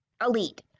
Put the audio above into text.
elite